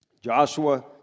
Joshua